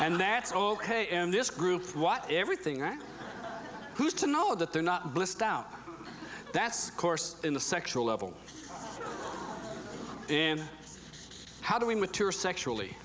and that's ok i am this group what everything are who's to know that they're not blissed out that's course in the sexual level then how do we mature sexually